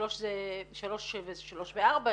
שלוש וארבע,